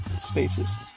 Spaces